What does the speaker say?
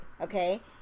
Okay